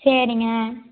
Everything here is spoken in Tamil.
சரிங்க